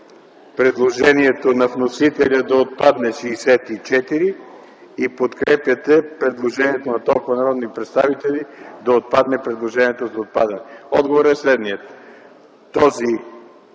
предложението на вносителя да отпадне чл. 64 и подкрепяте предложението на толкова народни представители да отпадне предложението за отпадане? Отговорът е следният: